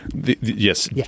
Yes